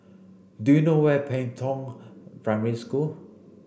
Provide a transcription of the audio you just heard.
do you know where Pei Tong Primary School